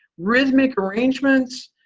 rhythmic arrangements,